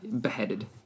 beheaded